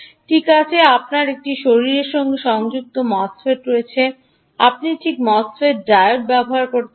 ঠিক আছে আপনার একটি শরীরের সংযুক্ত মোসফেট রয়েছে আপনি ঠিক মোসফেট ডায়োড ব্যবহার করতে পারেন